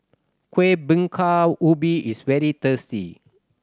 Kuih Bingka Ubi is very tasty